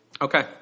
Okay